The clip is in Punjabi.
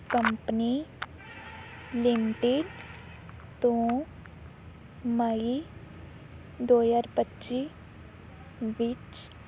ਕੰਪਨੀ ਲਿਮਟਿਡ ਤੋਂ ਮਈ ਦੋ ਹਜ਼ਾਰ ਪੱਚੀ ਵਿੱਚ